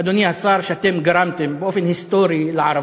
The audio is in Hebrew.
אדוני השר, שאתם גרמתם באופן היסטורי לערבים: